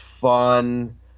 fun